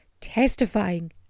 testifying